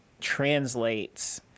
translates